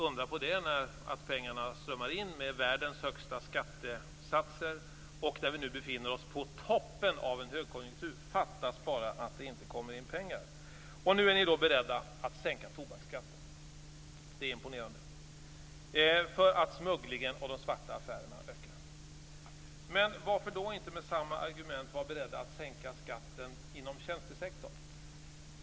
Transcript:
Det är inte att undra på att pengarna strömmar in, med världens högsta skattesatser och när vi nu befinner oss på toppen av en högkonjunktur. Det fattas bara att det inte kommer in pengar. Nu är ni beredda att sänka tobaksskatten därför att smugglingen och de svarta affärerna ökar. Det är imponerande. Men varför är ni då inte med samma argument beredda att sänka skatten inom tjänstesektorn?